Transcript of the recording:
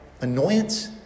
annoyance